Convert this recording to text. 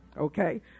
okay